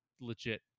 legit